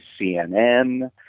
CNN